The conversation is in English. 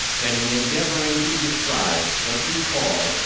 than in endeavouring to describe, what we call,